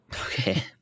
Okay